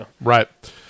Right